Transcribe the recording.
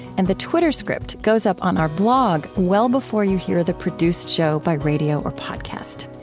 and the twitterscript goes up on our blog well before you hear the produced show by radio or podcast.